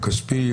הכספי,